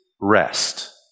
rest